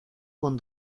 con